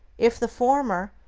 if the former,